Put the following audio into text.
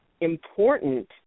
important